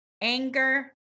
anger